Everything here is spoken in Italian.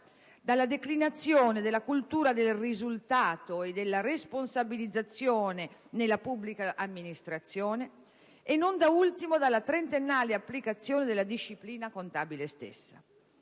dalla declinazione della cultura del risultato e della responsabilizzazione nella pubblica amministrazione e, non da ultimo, dalla trentennale applicazione della disciplina contabile stessa.